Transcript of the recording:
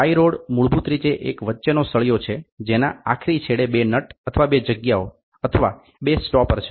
tie rod મૂળભૂત રીતે એક વચ્ચેનો સળીયો છે જેના આખરી છેડે બે નટ અથવા બે જગ્યાઓ અથવા બે સ્ટોપર છે